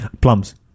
Plums